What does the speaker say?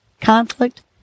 conflict